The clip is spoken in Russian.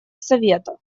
совета